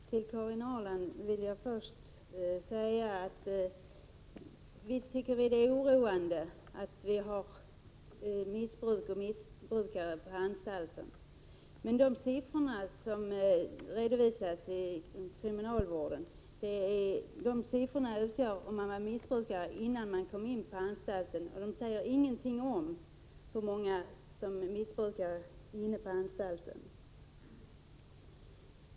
Fru talman! Till Karin Ahrland vill jag först säga att vi socialdemokrater visst tycker att det är oroande att det förekommer missbruk och missbrukare på anstalterna. Men de siffror som redovisas i kriminalvården gäller dem som var missbrukare innan de kom till anstalten och säger ingenting om hur många som missbrukar inne på anstalten.